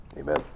Amen